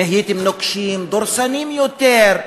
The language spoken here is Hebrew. נהייתם נוקשים, דורסניים יותר.